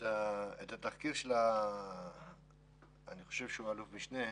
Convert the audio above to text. את התחקיר, אני חושב שהוא אלוף משנה,